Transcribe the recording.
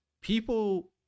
people